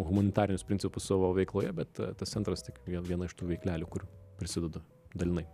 humanitarinius principus savo veikloje bet ta tas centras tik vie viena iš tų veiklelių kur prisidedu dalinai